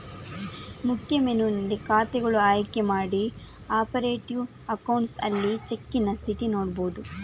ಮುಖ್ಯ ಮೆನುವಿನಲ್ಲಿ ಖಾತೆಗಳು ಆಯ್ಕೆ ಮಾಡಿ ಆಪರೇಟಿವ್ ಅಕೌಂಟ್ಸ್ ಅಲ್ಲಿ ಚೆಕ್ಕಿನ ಸ್ಥಿತಿ ನೋಡ್ಬಹುದು